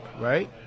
right